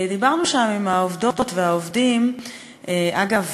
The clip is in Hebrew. דיברנו שם עם העובדות והעובדים, אגב,